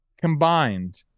combined